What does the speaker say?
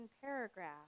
paragraph